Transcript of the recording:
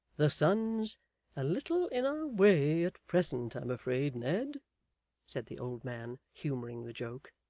the son's a little in our way at present, i'm afraid, ned said the old man, humouring the joke.